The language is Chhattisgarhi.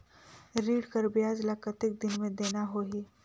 ऋण कर ब्याज ला कतेक दिन मे देना होही?